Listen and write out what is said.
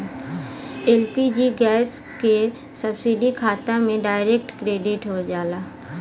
LPG gas क subsidy खाता में डायरेक्ट क्रेडिट हो जाला